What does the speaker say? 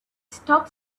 stop